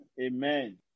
Amen